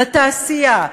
לתעשייה,